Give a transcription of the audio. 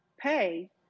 Pay